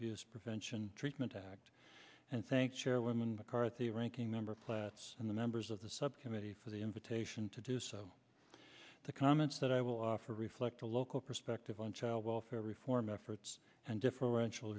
abuse prevention treatment act and thanks chairwoman carthy ranking member plats in the members of the subcommittee for the invitation to do so the comments that i will offer reflect a local perspective on child welfare reform efforts and differential